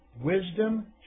Wisdom